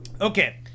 Okay